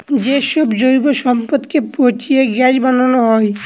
যে সব জৈব সম্পদকে পচিয়ে গ্যাস বানানো হয়